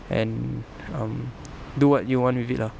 and um do what you want with it lah